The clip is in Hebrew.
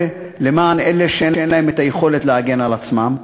למען אלה שאין להם היכולת להגן על עצמם.